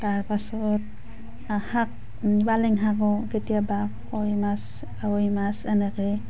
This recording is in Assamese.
তাৰপাছত শাক পালেং শাকো কেতিয়াবা কাৱৈ মাছ কাৱৈ মাছ মাছ এনেকৈ